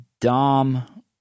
Dom –